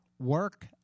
Work